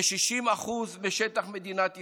כ-60% משטח מדינת ישראל.